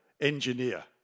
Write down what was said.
engineer